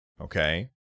okay